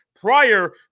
prior